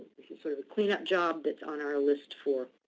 it's a sort of a clean-up job that's on our list for